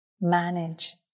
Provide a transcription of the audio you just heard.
manage